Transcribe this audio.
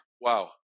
wow